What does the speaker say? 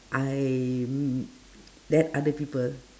I mm let other people